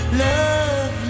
love